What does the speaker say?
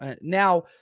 Now